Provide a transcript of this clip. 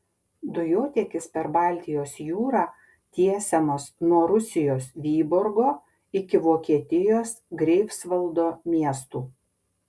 dujotiekis per baltijos jūrą tiesiamas nuo rusijos vyborgo iki vokietijos greifsvaldo miestų